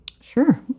Sure